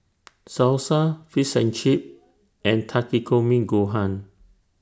Salsa Fish and Chips and Takikomi Gohan